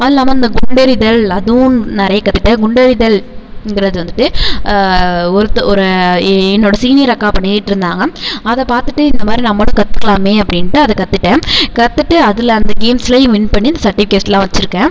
அதுவும் இல்லாமல் இந்த குண்டெறிதல் அதுவும் நிறையக் கத்துகிட்டேன் குண்டெறிதலுங்கிறது வந்துட்டு ஒருத்த ஒரு என்னோட சீனியர் அக்கா பண்ணிக்கிட்டிருந்தாங்க அதை பார்த்துட்டு இந்த மாதிரி நம்மளும் கற்றுக்கலாமே அப்படின்ட்டு அதை கத்துகிட்டேன் கத்துகிட்டு அதில் அந்த கேம்ஸ்லையும் வின் பண்ணி அந்த சர்ட்டிஃபிக்கேட்லாம் வச்சிருக்கேன்